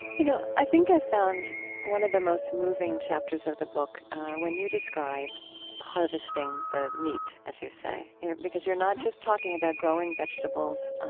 you know, i think i found one of the most moving chapters of the book when you describe harvesting the meat, as you say mm-hmm because you're not just talking about growing vegetables,